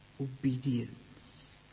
Obedience